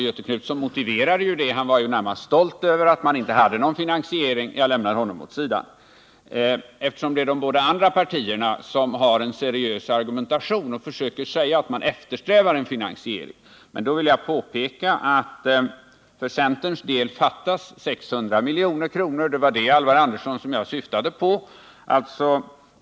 Göthe Knutson motiverade detta och var närmast stolt över att man inte har någon finansieringsmetod. Jag lämnar honom åt sidan, eftersom det är de båda andra partierna som har en seriös argumentation och säger att man eftersträvar en finansiering. Jag vill påpeka att det för centerns del fattas 600 miljoner. Det var detta, Alvar Andersson, som jag syftade på med mitt inlägg.